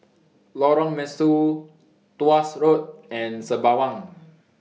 Lorong Mesu Tuas Road and Sembawang